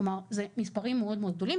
אלה מספרים מאוד מאוד גדולים.